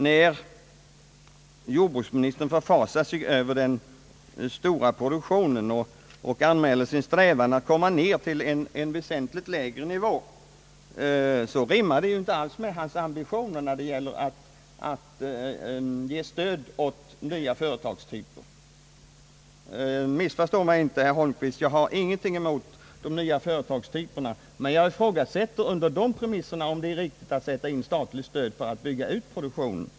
När jordbruksministern förfasar sig över den stora produktionen och anmäler sin strävan att snarast komma ner till en väsentligt lägre nivå, rimmar detta inte alls med hans ambitioner att ge stöd åt nya företagstyper. Missförstå mig inte, herr Holmqvist, jag har ingenting emot de nya företagstyperna! Men jag ifrågasätter om det under dessa premisser är riktigt att sätta in statligt stöd för att bygga ut produktionen.